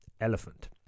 elephant